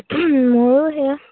মোৰ সেয়া